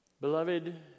Beloved